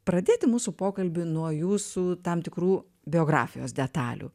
pradėti mūsų pokalbį nuo jūsų tam tikrų biografijos detalių